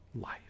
life